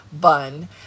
bun